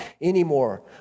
anymore